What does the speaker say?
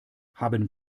haben